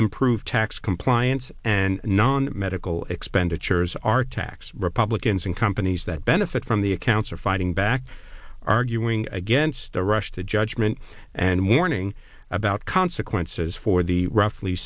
improve tax compliance and non medical expenditures are tax republicans and companies that benefit from the accounts of adding back arguing against the rush to judgment and warning about consequences for the roughly